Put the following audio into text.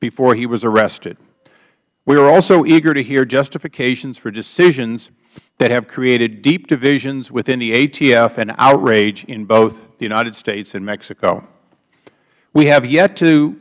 before he was arrested we are also eager to hear justifications for decisions that have created deep divisions within the atf and outrage in both the united states and mexico we have yet to